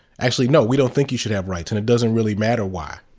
actually no, we don't think you should have rights and it doesn't really matter why.